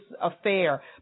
affair